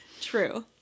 True